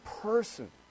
person